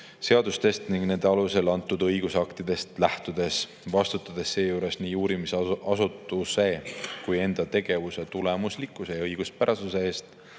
seadustest ning nende alusel välja antud õigusaktidest lähtudes, vastutades seejuures nii uurimisasutuse kui ka enda tegevuse tulemuslikkuse ja õiguspärasuse eest.